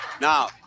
Now